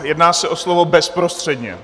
Jedná se o slovo bezprostředně.